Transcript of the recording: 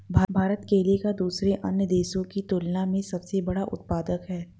भारत केले का दूसरे अन्य देशों की तुलना में सबसे बड़ा उत्पादक है